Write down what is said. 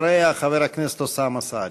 אחריה, חבר הכנסת אוסאמה סעדי.